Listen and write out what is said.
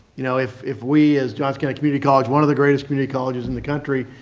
you know, if if we as johnson county community college, one of the greatest community colleges in the country,